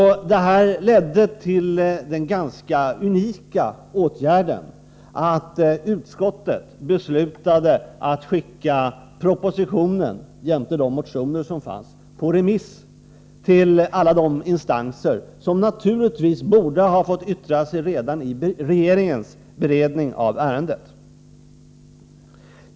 Det ledde till den ganska unika åtgärden att utskottet beslutade att skicka propositionen jämte de motioner som fanns på remiss till alla de institutioner som naturligtvis borde ha fått yttra sig redan vid regeringens beredning av ärendet.